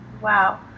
wow